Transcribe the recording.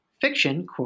Fiction